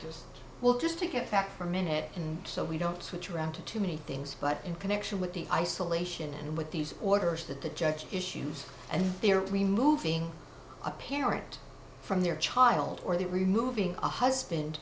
this will just take a fact for a minute and so we don't switch around to too many things but in connection with the isolation and with these orders that the judge issues and they are removing a parent from their child or the removing a husband